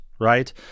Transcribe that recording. right